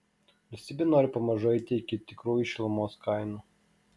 valstybė nori pamažu eiti iki tikrųjų šilumos kainų